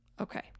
Okay